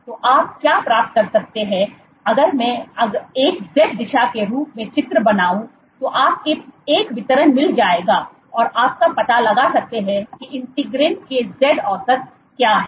तो आप क्या प्राप्त कर सकते हैं अगर मैं अगर मैं एक z दिशा के रूप में चित्र बनाऊं तो आपको एक वितरण मिल जाएगा और आप पता लगा सकते है कि integrin के z औसत क्या है